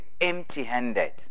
empty-handed